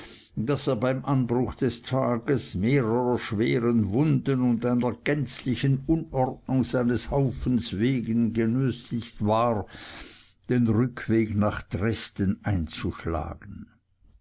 daß er beim anbruch des tages mehrerer schweren wunden und einer gänzlichen unordnung seines haufens wegen genötigt war den rückweg nach dresden einzuschlagen